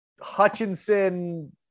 Hutchinson